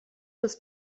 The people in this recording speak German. das